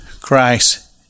Christ